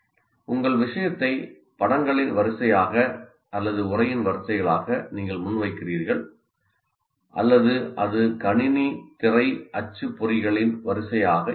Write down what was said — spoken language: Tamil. உங்கள் விஷயத்தை படங்களின் வரிசையாக அல்லது உரையின் வரிசைகளாக நீங்கள் முன்வைக்கிறீர்கள் அல்லது அது கணினித் திரை அச்சுப்பொறிகளின் வரிசையாக இருக்கலாம்